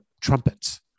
trumpets